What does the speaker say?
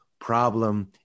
problem